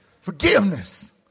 Forgiveness